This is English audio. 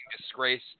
disgrace